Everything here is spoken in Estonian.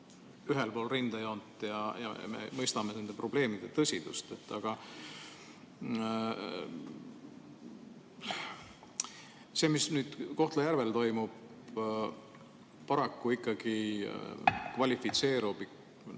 ühel pool rindejoont ja me mõistame nende probleemide tõsidust. Aga see, mis nüüd Kohtla-Järvel toimub, paraku ikkagi kvalifitseerub